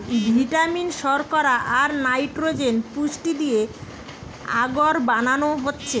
vitamin, শর্করা, আর nitrogen পুষ্টি দিয়ে আগর বানানো হচ্ছে